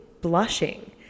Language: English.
blushing